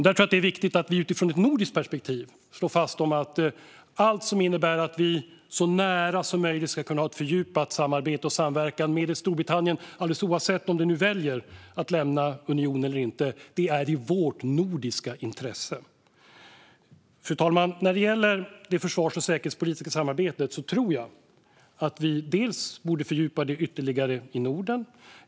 Jag tror att det är viktigt att vi utifrån ett nordiskt perspektiv slår fast att allt som innebär att vi så nära som möjligt ska kunna ha ett fördjupat samarbete och en samverkan med Storbritannien, alldeles oavsett om man väljer att lämna unionen eller inte, är i vårt nordiska intresse. Fru talman! När det gäller det försvars och säkerhetspolitiska samarbetet tror jag att vi borde fördjupa det ytterligare i Norden.